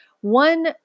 One